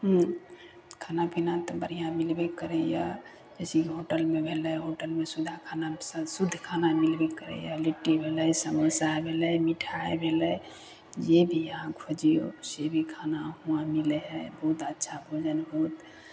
खाना पीना तऽ बढ़ियाँ मिलबे करय यऽ जैसे कि होटल मे भेलय होटल मे सुबधा खाना शुद्ध खाना मिलबे करय यऽ लिट्टी भेलय समोसा भेलय मिठाइ भेलय जे भी अहाँ खोजियौ से भी खाना हुवां मिलय हय बहुत अच्छा भोजन बहुत